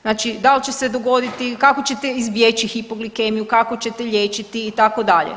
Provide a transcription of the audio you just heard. Znači da li će se dogoditi, kako ćete izbjeći hipoglikemiju, kako ćete liječiti itd.